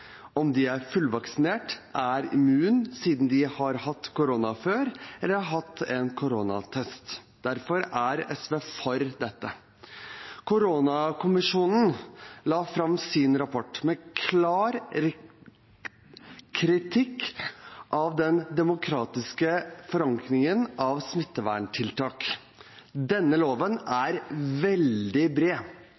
om de er fullvaksinert, er immune siden de har hatt korona før, eller har tatt en koronatest. Derfor er SV for dette. Koronakommisjonen la fram sin rapport med klar kritikk av den demokratiske forankringen av smitteverntiltak. Denne loven